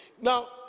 now